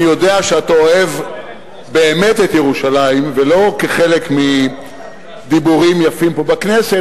ואני יודע שאתה אוהב באמת את ירושלים ולא כחלק מדיבורים יפים פה בכנסת,